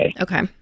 Okay